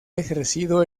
ejercido